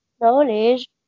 knowledge